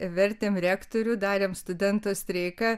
vertėm rektorių darėm studentų streiką